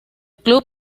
club